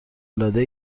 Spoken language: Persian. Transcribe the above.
العاده